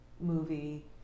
movie